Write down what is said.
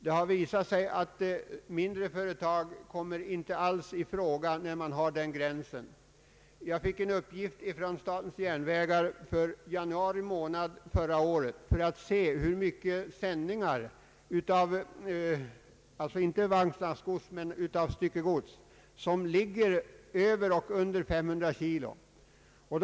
Det har visat sig att mindre företag inte alls kommer i fråga med den gränsen, Jag har fått en uppgift från statens järnvägar för januari månad förra året, av vilken framgår hur stor andel av styckegodssändningarna — alltså inte vagnslastgodset — som utgörs av poster över, respektive under 300 kg.